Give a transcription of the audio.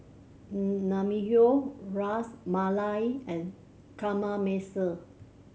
Naengmyeon Ras Malai and Kamameshi